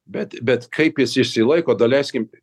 bet bet kaip jis išsilaiko daleiskim